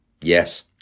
Yes